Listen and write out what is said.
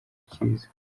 kiza